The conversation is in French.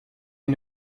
est